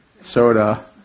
soda